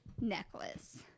necklace